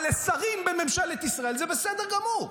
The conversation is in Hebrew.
אבל לשרים בממשלת ישראל זה בסדר גמור.